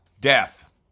death